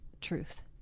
truth